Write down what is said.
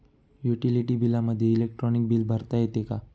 Utility बिलामध्ये electronic bill भरता येते का?